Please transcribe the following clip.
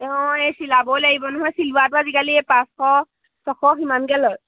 অঁ এই চিলাবও লাগিব নহয় চিলোৱাটো আজিকালি পাঁচশ ছশ সিমানকে লয়